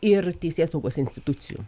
ir teisėsaugos institucijų